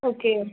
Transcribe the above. okay